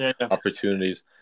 opportunities